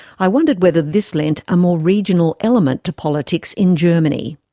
i wondered whether this lent a more regional element to politics in germany.